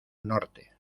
norte